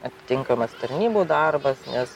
aptinkamas tarnybų darbas nes